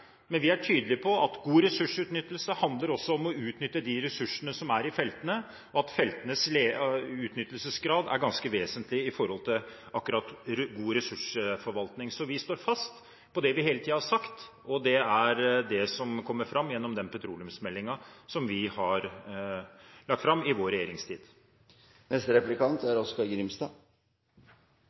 på at god ressursutnyttelse handler også om å utnytte de ressursene som er i feltene, og at feltenes utnyttelsesgrad er ganske vesentlig når det gjelder akkurat dette med god ressursforvaltning. Vi står fast på det vi hele tiden har sagt, og det er det som kommer fram i den petroleumsmeldingen som vi la fram i vår regjeringstid. Arbeidarpartiet seier at dei er